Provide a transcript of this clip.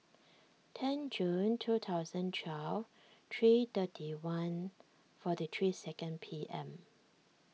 ten June two thousand twelve three thirty one forty three second P M